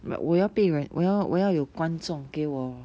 but 我要被人我要我要有观众给我